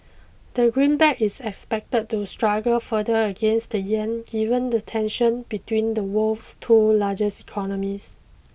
the green back is expected to struggle further against the yen given the tension between the world's two largest economies